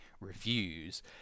reviews